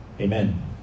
amen